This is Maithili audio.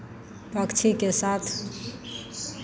पक्षीके साथ